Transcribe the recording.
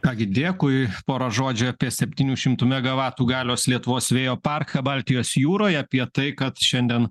ką gi dėkui porą žodžių apie septynių šimtų megavatų galios lietuvos vėjo parką baltijos jūroje apie tai kad šiandien